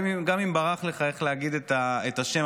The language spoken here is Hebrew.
גם אם ברח לך איך להגיד את השם,